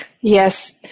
Yes